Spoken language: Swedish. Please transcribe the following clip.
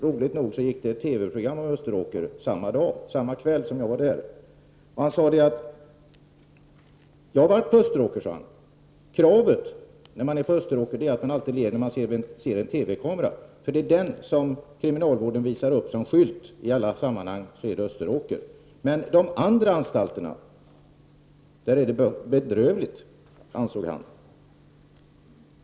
Roligt nog gick det ett TV-program om Österåker samma kväll som jag var på Härlandafängelset. Den intagne berättade att han hade varit på Österåker. Kravet där, sade han, är att man alltid skall le när men ser en TV-kamera, för det är TV-bilder därifrån som kriminalvården visar upp i alla sammanhang. Men på de andra anstalterna är det bedrövligt, ansåg han.